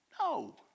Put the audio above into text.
No